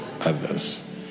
others